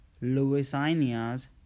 Louisiana's